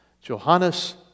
Johannes